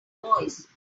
voice